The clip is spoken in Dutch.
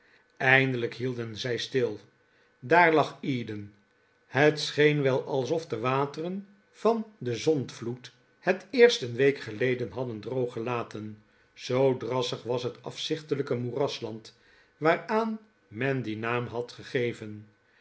eindelijk hielden zij stil daar lag eden het scheen wel alsof de wateren van den zondvloed het eerst een week geleden hadden droog gelaten zoo drassig was het afzichtelijke moerasland waaraan men dien naam had gegeven